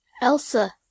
Elsa